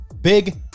Big